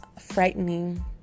frightening